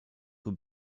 who